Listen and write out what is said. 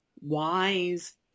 wise